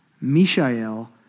Mishael